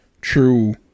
true